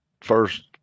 first